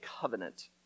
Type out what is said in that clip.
covenant